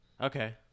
Okay